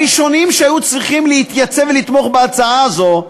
הראשונים שהיו צריכים להתייצב לתמוך בהצעה הזאת,